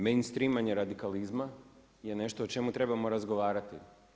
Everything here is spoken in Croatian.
Menstrimanje radikalizma je nešto o čemu trebamo razgovarati.